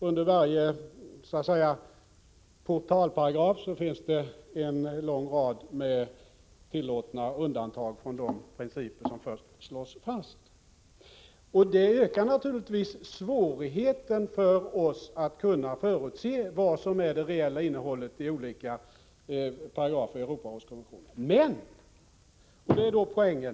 Under varje så att säga portalparagraf finns det en lång rad med tillåtna undantag från de principer som först slås fast. Det ökar naturligtvis svårigheten för oss att förutse vad som är det reella innehållet i olika paragrafer i Europarådets konvention. Men — och det är poängen...